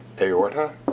aorta